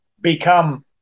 become